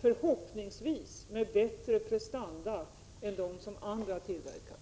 förhoppningsvis med bättre prestanda än de som andra har tillverkat.